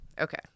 okay